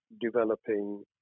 developing